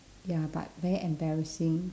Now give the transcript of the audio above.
ya but very embarrassing